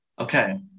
okay